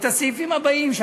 ואת הסעיפים הבאים,